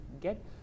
get